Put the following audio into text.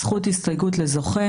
זכות הסתייגות לזוכה.